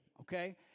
okay